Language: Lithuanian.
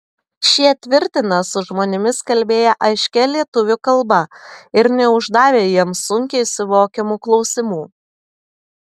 šie tvirtina su žmonėmis kalbėję aiškia lietuvių kalba ir neuždavę jiems sunkiai suvokiamų klausimų